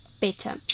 better